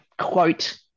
quote